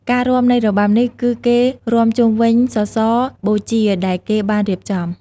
ការរាំនៃរបាំនេះគឺគេរាំជុំវិញសសរបូជាដែលគេបានរៀបចំ។